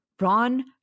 Ron